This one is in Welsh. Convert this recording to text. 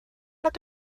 nad